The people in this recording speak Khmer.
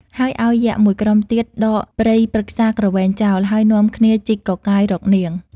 ហើយឲ្យយក្ខ ១ ក្រុមទៀត ដកព្រៃព្រឹក្សាគ្រវែងចោល ហើយនាំគ្នាជីកកកាយរកនាង។